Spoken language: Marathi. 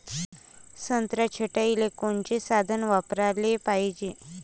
संत्रा छटाईले कोनचे साधन वापराले पाहिजे?